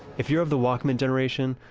if you're of the walkman generation,